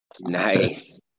Nice